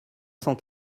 cent